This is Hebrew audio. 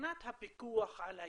מבחינת הפיקוח על היישום,